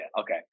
okay